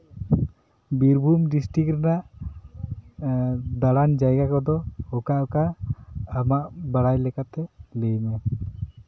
Birbhum district ᱨᱮᱭᱟᱜ ᱫᱟᱲᱟᱱ ᱡᱟᱭᱜᱟ ᱠᱚᱫᱚ ᱚᱠᱟ ᱚᱠᱟ ᱟᱢᱟᱜ ᱵᱟᱲᱟᱭ ᱞᱮᱠᱟᱛᱮ ᱞᱟᱹᱭ ᱢᱮ